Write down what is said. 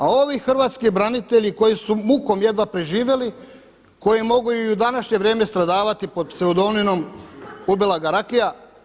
A ovi hrvatski branitelji koji su mukom jedva preživjeli, koji mogu i u današnje vrijeme stradavati pod pseudonimom „ubila ga rakija“